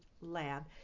lab